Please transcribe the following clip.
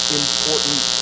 important